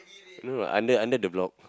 no no under under the block